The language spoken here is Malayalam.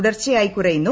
തുടർച്ചയായി കുറയുന്നു